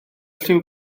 lliw